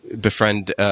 befriend